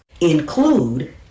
include